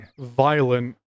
violent